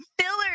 filler